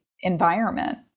environment